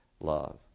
love